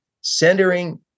centering